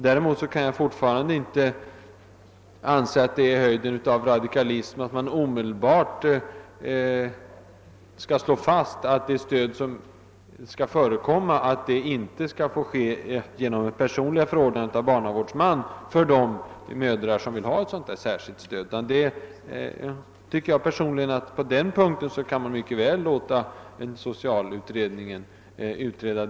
Däremot kan jag fortfarande inte anse att det är höjden av radikalism att man omedelbart skall slå fast, att det stöd som skall förekomma inte får ske genom ett personligt förordnande av barnavårdsman för de mödrar som vill ha ett särskilt stöd. Jag tycker att socialutredningen mycket väl bör kunna utreda denna fråga.